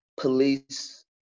police